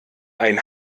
ein